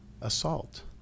assault